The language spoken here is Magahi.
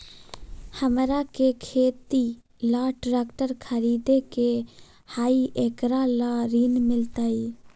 हमरा के खेती ला ट्रैक्टर खरीदे के हई, एकरा ला ऋण मिलतई?